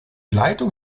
leitung